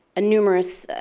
ah numerous